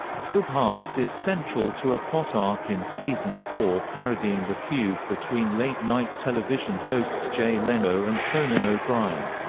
subhas is central to a plot arc in season four parodying the feud between late-night television hosts jay leno and conan o'brien.